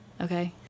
okay